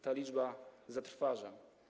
Ta liczba zatrważa.